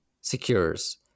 secures